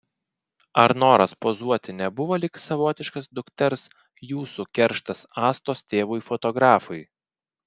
ar noras pozuoti nebuvo lyg savotiškas dukters jūsų kerštas astos tėvui fotografui